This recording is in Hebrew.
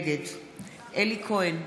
נגד אלי כהן,